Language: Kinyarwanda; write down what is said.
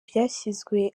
ryashyizwe